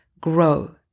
GROW